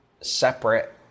separate